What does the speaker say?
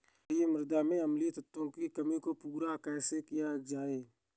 क्षारीए मृदा में अम्लीय तत्वों की कमी को पूरा कैसे किया जाए?